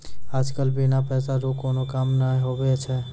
आज कल बिना पैसा रो कोनो काम नै हुवै छै